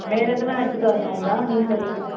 வேறு எதுனால் எடுத்துகிட்டு வரணுங்களா மீன்ஸ் எதுனால்